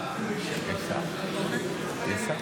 חבר הכנסת